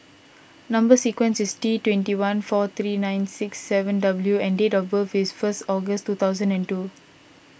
Number Sequence is T twenty one four three nine six seven W and date of birth is first August two thousand and two